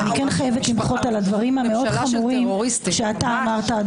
אני חייבת למחות על הדברים המאוד חמורים שאמרת,